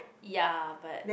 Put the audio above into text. ya but